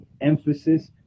emphasis